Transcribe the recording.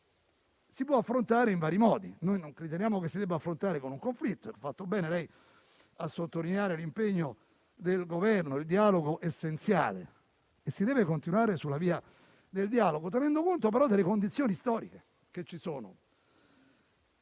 si può affrontare in vari modi. Noi non riteniamo si debba affrontare con un conflitto. Ha fatto bene lei a sottolineare l'impegno del Governo. Il dialogo è essenziale e si deve continuare sulla via del dialogo, tenendo conto, tuttavia, delle condizioni storiche esistenti.